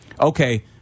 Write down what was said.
Okay